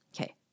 Okay